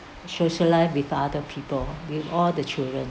socialise with other people with all the children